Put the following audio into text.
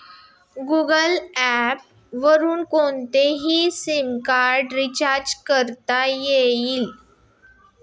Google Pay वरुन कोणतेही SIM card recharge करता येईल